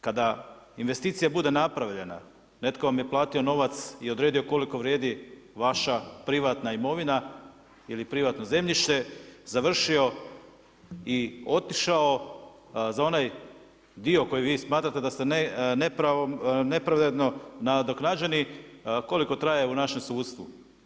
Kada investicija bude napravljena netko vam je platio novac i odredio koliko vrijedi vaša privatna imovina ili privatno zemljište završio i otišao za onaj dio kojeg vi smatrate da ste nepravedno nadoknađeni koliko traje u našem sudstvu?